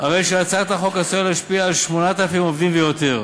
הרי שהצעת החוק עשויה להשפיע על 8,000 עובדים ויותר.